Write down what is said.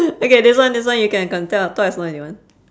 okay this one this one you can co~ te~ talk as long as you want